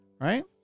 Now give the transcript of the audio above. Right